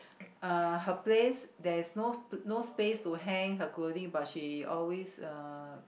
uh her place there's no no space to hang her clothing but she always uh